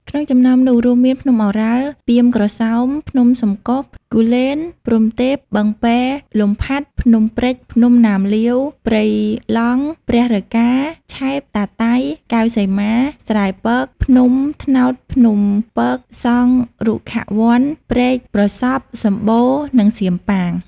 ក្នុងចំណោមនោះរួមមាន ភ្នំឱរ៉ាល់ ពាមក្រសោប ភ្នំសំកុស គូលែន-ព្រហ្មទេព បឹងពែរ លំផាត់ ភ្នំព្រេច ភ្នំណាមលៀវ ព្រៃឡង់ ព្រះរកា ឆែប តាតៃ កែវសីមា ស្រែពក ភ្នំត្នោតភ្នំពក សង្ឃរុក្ខាវ័ន ព្រែកប្រសព្វ សំបូរ និងសៀមប៉ាង។